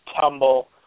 tumble